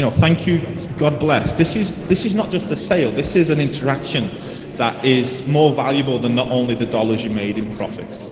so thank you, god bless. this is, this is not just a sale. this is an interaction that is more valuable than not only the dollar you made in profit.